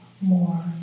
more